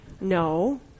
No